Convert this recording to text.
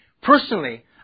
Personally